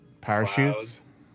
Parachutes